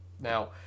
Now